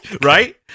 Right